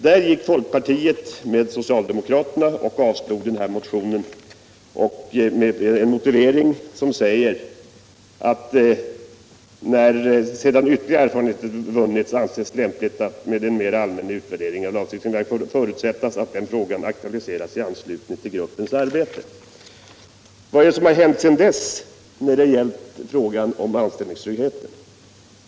Då gick emellertid folkpartiet samman med socialdemokraterna och avstyrkte motionen med en motivering som säger att ”om det, sedan ytterligare erfarenheter vunnits, anses lämpligt med en mera allmän utvärdering av lagstiftningens verkningar får det förutsättas att den frågan aktualiseras i anslutning till gruppens arbete.” Vad är det som har hänt sedan dess när det gäller frågan om anställningstryggheten?